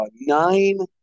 nine